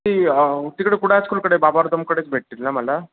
ती तिकडे कुडा स्कूलकडे बाबादमकडेच भेटतील ना मला